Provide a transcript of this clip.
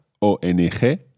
ONG